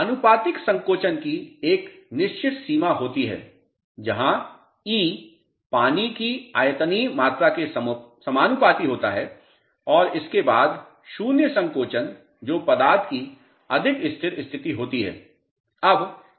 आनुपातिक संकोचन की एक निश्चित सीमा होती है जहां ई पानी की आयतनीय मात्रा के समानुपाती होता है और इसके बाद शून्य संकोचन जो पदार्थ की अधिक स्थिर स्थिति होती है